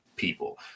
people